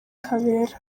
kabera